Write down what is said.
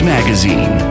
Magazine